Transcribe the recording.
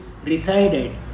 resided